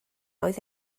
oedd